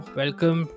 welcome